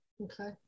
Okay